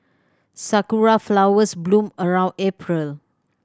sakura flowers bloom around April